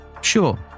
sure